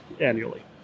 annually